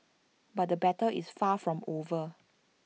but the battle is far from over